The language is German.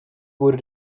wurde